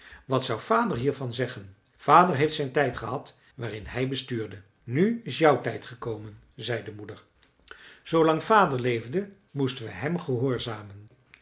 wat zou vader hiervan zeggen vader heeft zijn tijd gehad waarin hij bestuurde nu is jouw tijd gekomen zei de moeder zoolang vader leefde moesten we hem gehoorzamen